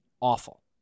awful